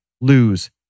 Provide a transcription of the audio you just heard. lose